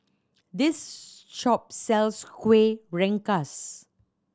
this shop sells Kueh Rengas